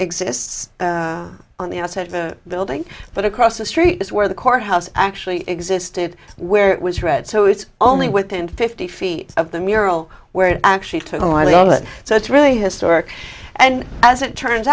exists on the outside of the building but across the street is where the courthouse actually existed where it was read so it's only within fifty feet of the mural where it actually took the island so it's really historic and as it turns